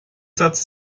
satz